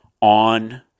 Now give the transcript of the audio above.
on